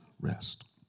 rest